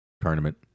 Tournament